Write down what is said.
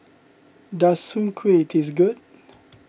does Soon Kway taste good